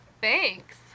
thanks